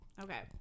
Okay